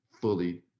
fully